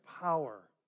power